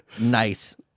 nice